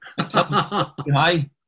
hi